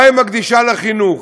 מה היא מקדישה לחינוך,